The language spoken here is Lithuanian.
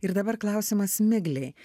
ir dabar klausimas miglei